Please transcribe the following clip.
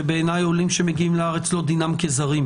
ובעיניי עולים שמגיעים לארץ הם לא זרים.